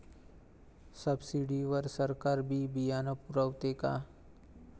Subsidy वर सरकार बी बियानं पुरवते का?